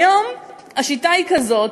היום השיטה היא כזאת,